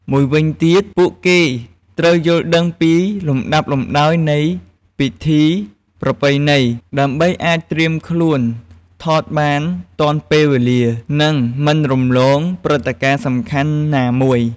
មួយវិញទៀត ពួកគេត្រូវយល់ដឹងពីលំដាប់លំដោយនៃពិធីប្រពៃណី ដើម្បីអាចត្រៀមខ្លួនថតបានទាន់ពេលវេលា និងមិនរំលងព្រឹត្តិការណ៍សំខាន់ណាមួយ។